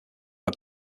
web